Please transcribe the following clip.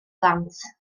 blant